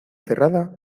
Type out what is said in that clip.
cerrada